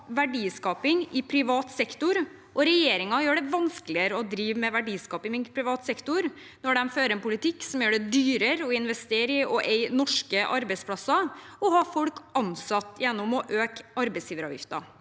verdiskaping i privat sektor, og regjeringen gjør det vanskeligere å drive med verdiskaping i privat sektor når den fører en politikk som gjør det dyrere å investere i og eie norske arbeidsplasser og ha folk ansatt ved å øke arbeidsgiveravgiften.